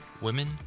Women